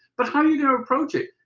but how are you going to approach it?